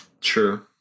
True